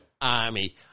army